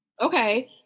Okay